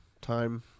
time